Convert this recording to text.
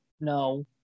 no